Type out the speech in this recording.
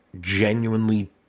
genuinely